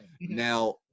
Now